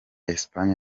espagne